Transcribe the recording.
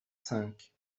cinq